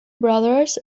brothers